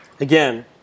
again